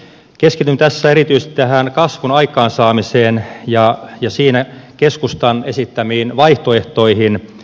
keskityn tässä erityisesti tähän kasvun aikaansaamiseen ja siinä keskustan esittämiin vaihtoehtoihin